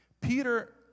Peter